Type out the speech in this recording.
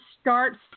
starts